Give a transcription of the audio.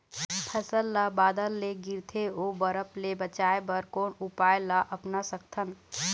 फसल ला बादर ले गिरथे ओ बरफ ले बचाए बर कोन उपाय ला अपना सकथन?